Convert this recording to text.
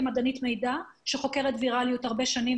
כמדענית מידע שחוקרת ויראליות הרבה שנים,